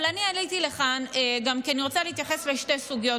אבל אני עליתי לכאן גם כי אני רוצה להתייחס לשתי סוגיות,